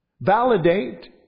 Validate